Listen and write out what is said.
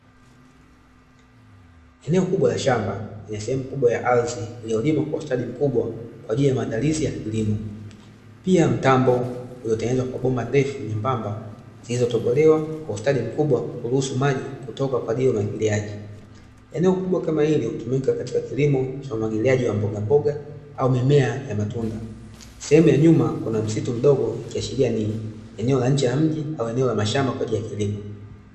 Eneo kubwa la shamba lenye sehemu kubwa ya ardhi iliyolimwa kwa ustadi mkubwa kwa ajili ya maandalizi ya kilimo. Pia mtambo uliotengenezwa kwa bomba ndefu nyembamba zilizotobolewa kwa ustadi mkubwa kuruhusu maji kutoka kwa ajili ya umwagiliaji. Eneo kubwa kama hili hutumika katika kilimo cha umwagiliaji wa mbogamboga au mimea ya matunda. Sehemu ya nyuma kuna msitu mdogo ukiashiria ni eneo la nje ya mji au eneo la mashamba kwa ajili ya kilimo.